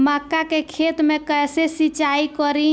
मका के खेत मे कैसे सिचाई करी?